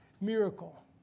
miracle